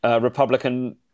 Republican